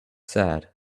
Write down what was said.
sad